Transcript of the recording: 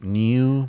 new